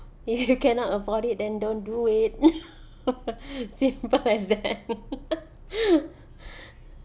if you cannot afford it then don't do it simple as that